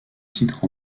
titre